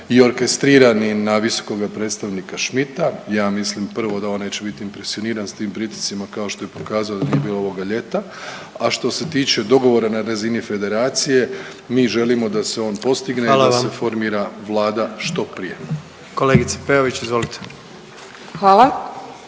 i orkestrirani na visokoga predstavnika Schmidta. Ja mislim prvo da on neće biti impresioniran s tim pritiscima kao što je pokazao da nije bio ovoga ljeta. A što se tiče dogovora na razini Federacije mi želimo da se on postigne i …/Upadica predsjednik: Hvala